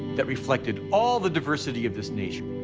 that reflected all the diversity of this nation.